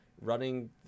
running